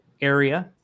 area